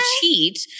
cheat